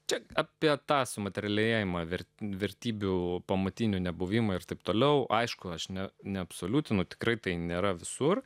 čia apie tą sumaterialėjimą vertė vertybių pamatinių nebuvimą ir taip toliau aišku aš ne neabsoliutinu tikrai tai nėra visur